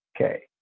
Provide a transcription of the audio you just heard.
okay